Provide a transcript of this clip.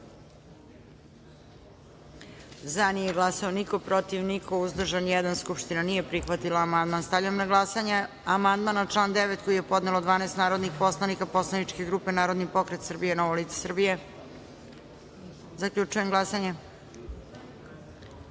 glasanje: za – niko, protiv – niko, uzdržan – jedan. Skupština nije prihvatila amandman. Stavljam na glasanje amandman na član 9. koji je podnelo 12 narodnih poslanika poslaničke grupe Narodni pokret Srbije – Novo lice Srbije. Zaključujem glasanje: